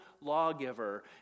lawgiver